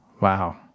Wow